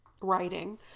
writing